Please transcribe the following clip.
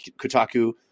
Kotaku